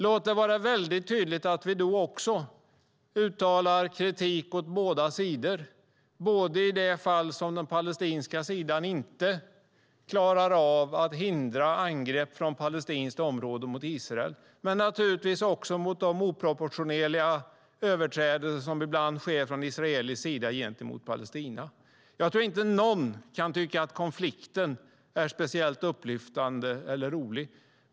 Låt det vara väldigt tydligt att vi då också uttalar kritik mot båda sidor - både i de fall som den palestinska sidan inte klarar av att hindra angrepp från palestinskt område mot Israel och när det handlar om de oproportionerliga överträdelser som ibland sker från israelisk sida gentemot Palestina. Jag tror inte att någon kan tycka att konflikten är speciellt upplyftande eller rolig.